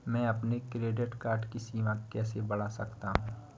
मैं अपने credit card की सीमा कैसे बढ़ा सकता हूँ?